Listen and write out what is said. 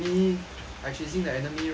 I chasing the enemy right now